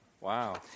Wow